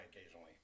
occasionally